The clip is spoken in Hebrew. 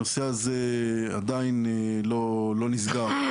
הנושא הזה עדיין לא נסגר,